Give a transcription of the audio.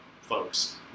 folks